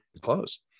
close